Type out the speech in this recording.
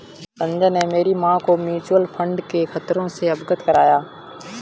संजय ने मेरी मां को म्यूचुअल फंड के खतरों से अवगत कराया